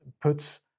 puts